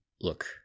Look